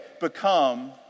become